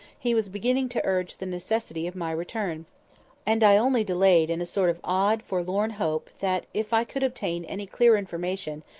he was beginning to urge the necessity of my return and i only delayed in a sort of odd forlorn hope that if i could obtain any clear information,